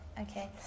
Okay